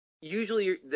usually